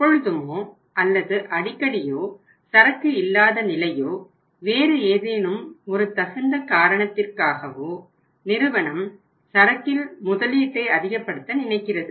எப்பொழுதுமோ அல்லது அடிக்கடியோ சரக்கு இல்லாத நிலையோ வேறு ஏதேனும் ஒரு தகுந்த காரணத்திற்காகவோ நிறுவனம் சரக்கில் முதலீட்டை அதிகப்படுத்த நினைக்கிறது